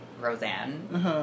Roseanne